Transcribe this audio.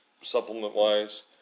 supplement-wise